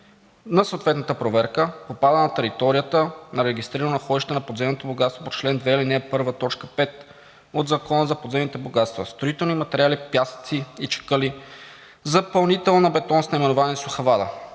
на съответната проверка попада на територията на регистрирано находище на подземното богатство по чл. 2, ал. 1, т. 5 от Закона за подземните богатства – строителни материали, пясъци и чакъли, запълнител на бетон с наименование „Суха вада“.